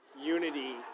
unity